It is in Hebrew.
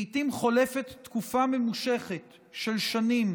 לעיתים חולפת תקופה ממושכת של שנים